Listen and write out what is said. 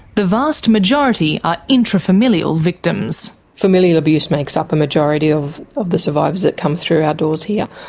the vast majority are intrafamilial victims. familial abuse makes up a majority of of the survivors that come through our doors here.